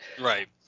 right